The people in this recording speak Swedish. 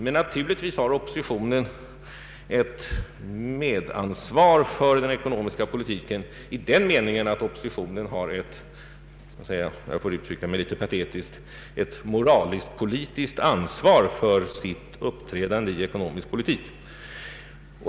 Men naturligtvis har oppositionen ett medansvar för den ekonomiska politiken i den meningen att oppositionen — om jag får uttrycka mig litet patetiskt — har ett moralisktpolitiskt ansvar för sitt uppträdande i ekonomisk politik.